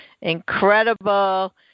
incredible